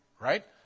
right